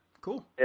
cool